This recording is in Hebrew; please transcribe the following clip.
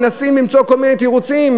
מנסים למצוא כל מיני תירוצים,